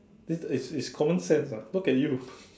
this it's it's common sense lah look at you